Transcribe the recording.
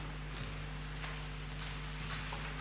Hvala i vama